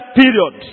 period